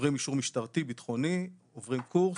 עוברים אישור משטרתי-ביטחוני, עוברים קורס,